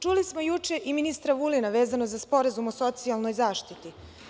Čuli smo juče i ministra Vulina vezano za sporazum o socijalnoj zaštiti.